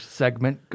segment